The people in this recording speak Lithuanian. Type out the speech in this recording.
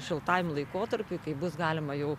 šiltajam laikotarpiui kai bus galima jau